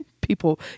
People